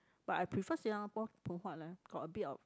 but I prefer Singapore Phoon Huat leh got a bit of